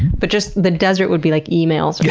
but just, the desert would be, like, emails.